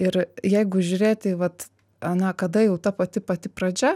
ir jeigu žiūrėti vat ana kada jau ta pati pati pradžia